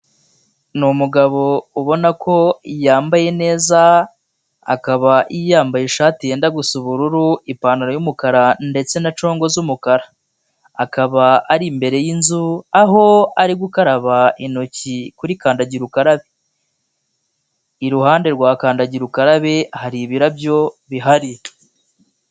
Ni umugabo ubona ko yambaye neza, akaba yambaye ishati yenda gusa ubururu, ipantaro y'umukara ndetse na congo z'umukara. Akaba ari imbere y'inzu aho ari gukaraba intoki kuri kandagira ukarabe. Iruhande rwa kandagira ukarabe hari ibirabyo bihari.